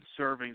servings